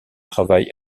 travail